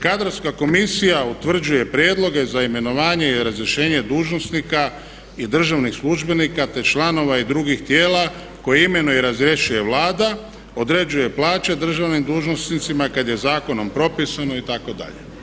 Kadrovska komisija utvrđuje prijedloge za imenovanje i razrješenje dužnosnika i državnih službenika, te članova i drugih tijela koje imenuje i razrješuje Vlada, određuje plaće državnim dužnosnicima kad je zakonom propisano itd.